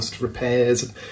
repairs